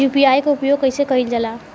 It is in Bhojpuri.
यू.पी.आई के उपयोग कइसे कइल जाला?